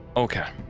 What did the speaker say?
Okay